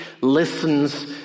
listens